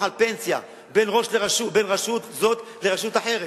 על פנסיה בין רשות זאת לרשות אחרת,